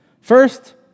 First